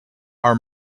our